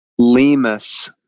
Lemus